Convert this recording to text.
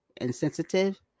insensitive